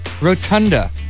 Rotunda